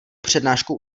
přednášku